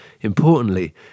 Importantly